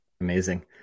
Amazing